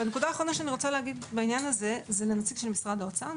ונקודה אחרונה שאני רוצה להגיד בעניין הזה מופנית לנציג משרד האוצר,